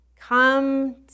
Come